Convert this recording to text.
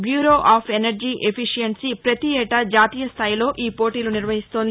bureau of Energy Efficiency ప్రతీ ఏటా జాతీయస్దాయిలో ఈ పోటీలు నిర్వహిస్తోంది